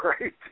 right